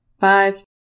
five